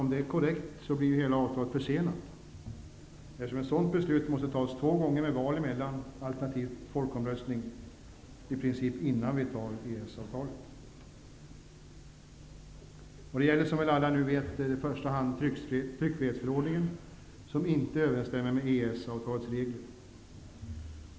Om det är korrekt blir ju hela avtalet försenat eftersom ett sådant beslut måste tas två gånger med val emellan, eller genom folkomröstning -- i princip innan vi antar EES Det gäller, som väl alla nu vet, i första hand tryckfrihetsförordningen, som inte överensstämmer med EES-avtalets regler.